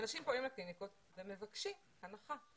אנשים פונים לקליניקות ומבקשים הנחה,